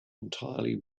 entirely